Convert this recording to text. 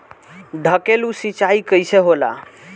ढकेलु सिंचाई कैसे होला?